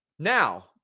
Now